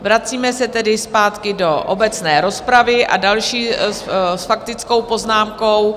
Vracíme se tedy zpátky do obecné rozpravy a další s faktickou poznámkou...